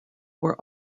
were